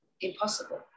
impossible